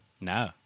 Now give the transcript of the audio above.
No